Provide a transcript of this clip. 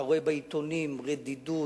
אתה רואה בעיתונים רדידות,